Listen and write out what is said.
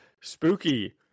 Spooky